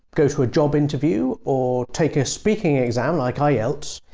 go to a job interview or take a speaking exam like ah yeah ielts,